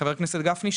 חבר הכנסת גפני,